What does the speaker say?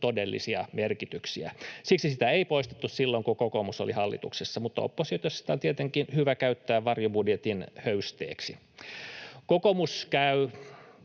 todellisia merkityksiä. Siksi sitä ei poistettu silloin, kun kokoomus oli hallituksessa, mutta oppositiossa sitä on tietenkin hyvä käyttää varjobudjetin höysteeksi. Kokoomus käy,